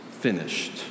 finished